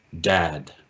Dad